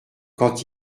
quand